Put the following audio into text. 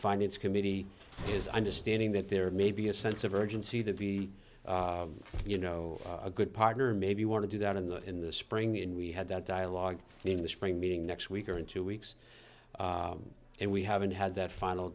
finance committee is understanding that there may be a sense of urgency to be you know a good partner maybe want to do that in the in the spring and we had that dialogue in the spring meeting next week or in two weeks and we haven't had that final